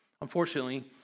unfortunately